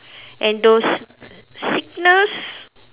and those sickness